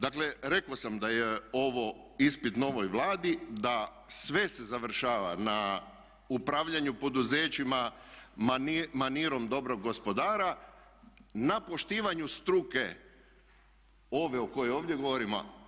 Dakle, rekao sam da je ovo ispit novoj Vladi da sve se završava na upravljanju poduzećima manirom dobrog gospodara, na poštivanju struke ove o kojoj ovdje govorimo.